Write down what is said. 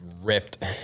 ripped